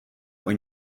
when